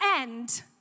end